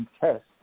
test